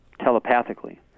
telepathically